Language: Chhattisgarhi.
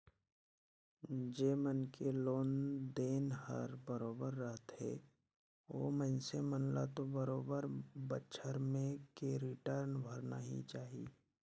जेमन के लोन देन हर बरोबर रथे ओ मइनसे मन ल तो बरोबर बच्छर में के रिटर्न भरना ही चाही